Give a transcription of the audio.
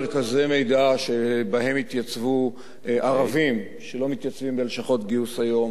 מרכזי מידע שבהם יתייצבו ערבים שלא מתייצבים בלשכות גיוס היום